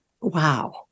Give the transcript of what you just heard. wow